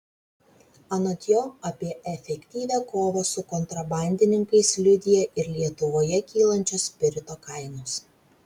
anot jo apie efektyvią kovą su kontrabandininkais liudija ir lietuvoje kylančios spirito kainos